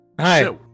hi